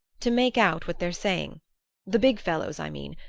to make out what they're saying the big fellows, i mean.